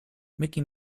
mickey